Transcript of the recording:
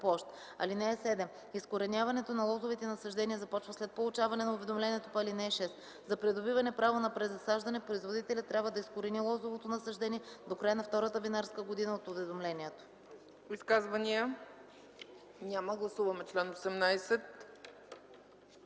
площ. (7) Изкореняването на лозовите насаждения започва след получаване на уведомлението по ал. 6. За придобиване право на презасаждане, производителят трябва да изкорени лозовото насаждение до края на втората винарска година от уведомлението.”